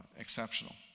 exceptional